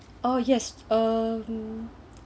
oh yes um